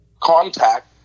contact